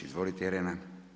Izvolite, Irena.